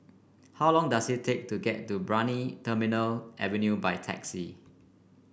how long does it take to get to Brani Terminal Avenue by taxi